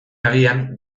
agian